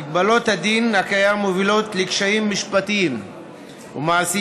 מגבלות הדין הקיים מובילות לקשיים משפטיים ומעשיים